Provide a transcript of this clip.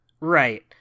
Right